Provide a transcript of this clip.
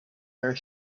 their